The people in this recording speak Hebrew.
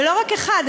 ולא רק אחד,